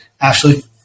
Ashley